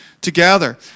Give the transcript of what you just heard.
together